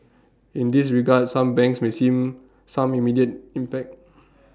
in this regard some banks may seen some immediate impact